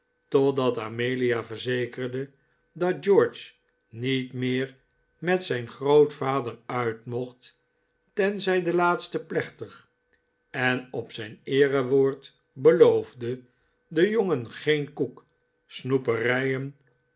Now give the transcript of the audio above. totdat amelia verzekerde dat george niet meer met zijn grootvader uit mocht tenzij de laatste plechtig en op zijn eerewoord beloofde den jongen geen koek